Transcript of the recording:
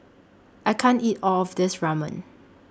I can't eat All of This Ramen